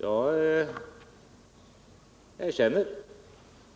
Jag erkänner